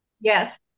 Yes